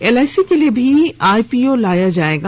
LIC के लिए भी आईपीओ लाया जाएगा